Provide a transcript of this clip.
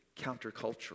countercultural